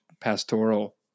pastoral